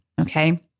Okay